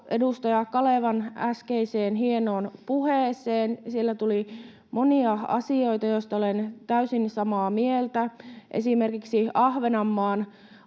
edustaja Kalevan äskeiseen hienoon puheeseen. Siellä tuli monia asioita, joista olen täysin samaa mieltä. Esimerkiksi Ahvenanmaan